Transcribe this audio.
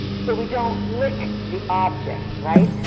so, we don't lick the object, right?